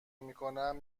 میکنم